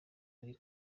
ari